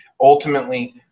Ultimately